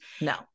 No